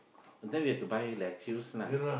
then we have to buy a lettuce lah